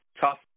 tough